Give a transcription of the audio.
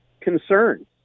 concern